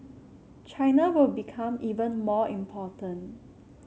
China will become even more important